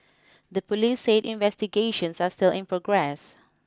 the police said investigations are still in progress